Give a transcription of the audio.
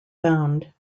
found